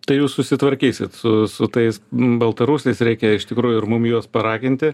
tai jūs susitvarkysit su su tais baltarusiais reikia iš tikrųjų ir mum juos paraginti